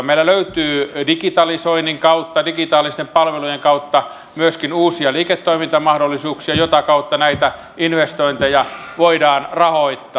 meillä löytyy digitalisoinnin kautta digitaalisten palvelujen kautta myöskin uusia liikennetoimintamahdollisuuksia mitä kautta näitä investointeja voidaan rahoittaa